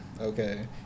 okay